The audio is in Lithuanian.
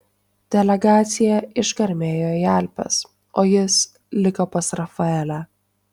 delegacija išgarmėjo į alpes o jis liko pas rafaelę